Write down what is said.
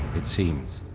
it seems,